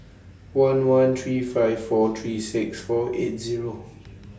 one one three five four three six four eight Zero